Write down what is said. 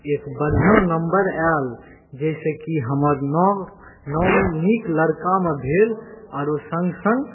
एक बढ़िआँ नम्बर आएल जाहिसँ कि हमर नाम नाम नीक लड़कामे भेल आओर सङ्ग सङ्ग